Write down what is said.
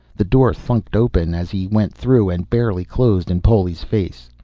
the door thunked open, as he went through, and barely closed in poli's face.